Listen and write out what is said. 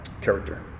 character